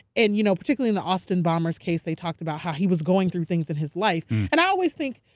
and you know particularly in the austin bomber's case they talked about how he was going through things in his life. and i always think,